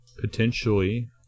potentially